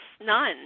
none